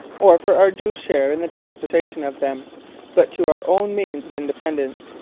or for our due share in the transportation of them but to our own means of independence,